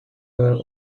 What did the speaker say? were